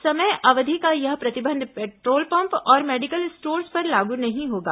समय अवधि का यह प्रतिबंध पेट्रोल पंप और मेडिकल स्टोर्स पर लागू नहीं होगा